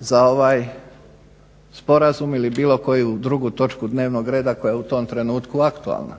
za ovaj sporazum ili bilo koju drugu točku dnevnog reda koja je u tom trenutku aktualna.